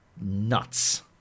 nuts